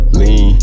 lean